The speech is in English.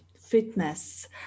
fitness